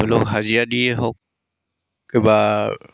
ধৰি লওক হাজিৰা দিয়ে হওক কিবা